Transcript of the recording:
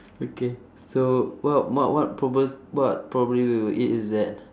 okay so what what what proba~ what probably we will eat is that